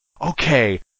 okay